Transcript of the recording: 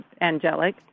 angelic